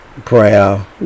prayer